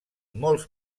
molts